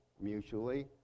mutually